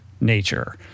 nature